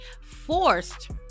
forced